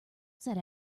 said